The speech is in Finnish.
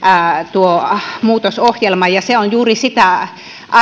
tuo muutosohjelma ja se on juuri sitä